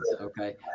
okay